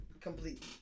Complete